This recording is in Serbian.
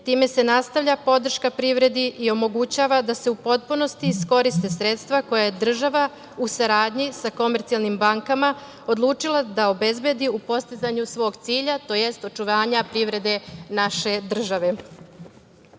Time se nastavlja podrška privredi i omogućava da se u potpunosti iskoriste sredstva koja je država, u saradnji sa komercijalnim bankama, odlučila da obezbedi u postizanju svog cilja, to jest očuvanja privrede naše države. Kroz